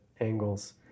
angles